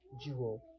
jewel